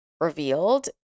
revealed